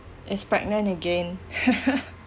it's pregnant again